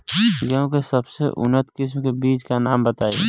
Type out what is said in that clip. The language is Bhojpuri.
गेहूं के सबसे उन्नत किस्म के बिज के नाम बताई?